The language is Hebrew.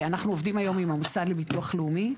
אנחנו עובדים היום עם המוסד לביטוח לאומי.